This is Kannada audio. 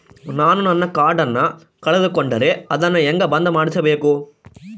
ನಾನು ನನ್ನ ಕಾರ್ಡನ್ನ ಕಳೆದುಕೊಂಡರೆ ಅದನ್ನ ಹೆಂಗ ಬಂದ್ ಮಾಡಿಸಬೇಕು?